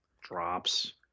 drops